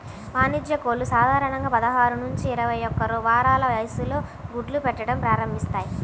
వాణిజ్య కోళ్లు సాధారణంగా పదహారు నుంచి ఇరవై ఒక్క వారాల వయస్సులో గుడ్లు పెట్టడం ప్రారంభిస్తాయి